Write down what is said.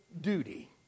duty